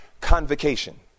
convocation